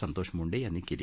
संतोष मुंडे यांनी केली